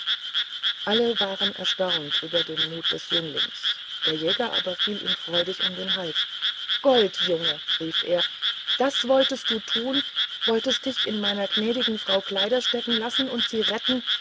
alle waren erstaunt über den mut des jünglings der jäger aber fiel ihm freudig um den hals goldjunge rief er das wolltest du tun wolltest dich in meiner gnädigen frau kleider stecken lassen und sie retten